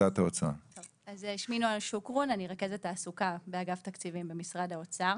אני רכזת תעסוקה באגף תקציבים במשרד האוצר.